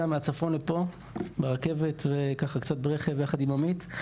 מהצפון לפה ברכבת וקצת ברכב יחד עם עמית.